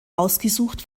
ausgesucht